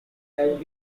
have